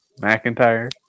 McIntyre